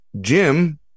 Jim